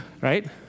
Right